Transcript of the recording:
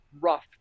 rough